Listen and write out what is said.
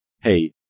hey